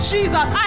Jesus